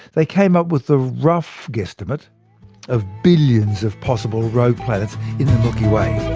they came up with the rough guesstimate of billions of possible rogue planets in the milky way.